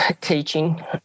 Teaching